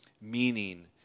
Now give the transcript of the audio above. meaning